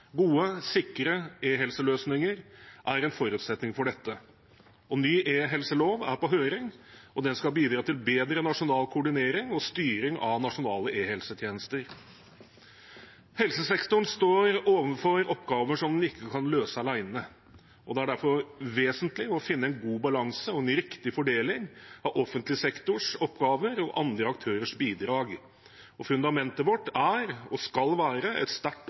Gode, sikre e-helseløsninger er en forutsetning for dette. En ny e-helselov er på høring, og den skal bidra til bedre nasjonal koordinering og styring av nasjonale e-helsetjenester. Helsesektoren står overfor oppgaver som den ikke kan løse alene, og det er derfor vesentlig å finne en god balanse og en riktig fordeling av offentlig sektors oppgaver og andre aktørers bidrag. Fundamentet vårt er, og skal være, et sterkt